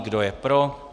Kdo je pro?